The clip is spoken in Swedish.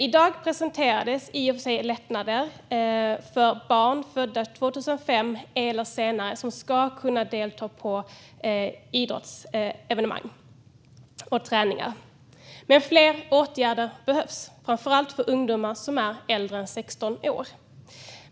I dag presenterades i och för sig lättnader för barn födda 2005 eller senare, som ska kunna delta i idrottsevenemang och träningar. Men fler åtgärder behövs, framför allt för ungdomar som är äldre än 16 år.